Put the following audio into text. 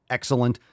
excellent